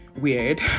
weird